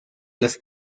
las